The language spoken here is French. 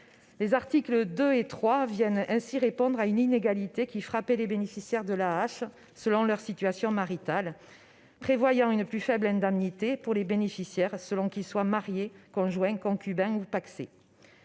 Les articles 2 et 3 viennent ainsi répondre à une inégalité qui frappe les bénéficiaires de l'AAH selon leur situation maritale, prévoyant une plus faible indemnité pour les bénéficiaires selon qu'ils sont mariés, conjoints, concubins ou pacsés.